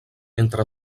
entre